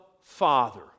Father